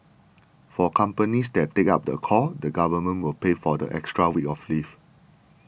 for companies that take up the call the government will pay for the extra week of leave